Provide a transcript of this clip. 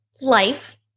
Life